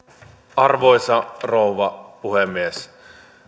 arvoisa rouva puhemies